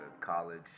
college